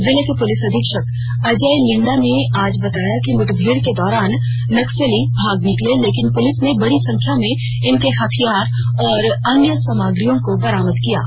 जिले के पुलिस अधीक्षक अजय लिंडा ने आज बताया कि मुठभेड़ के दौरान नक्सली भाग निकले लेकिन पुलिस ने बड़ी संख्या में इनके हथियार और अन्य सामग्रियों को बरामद किया है